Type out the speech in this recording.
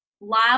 live